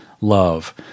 love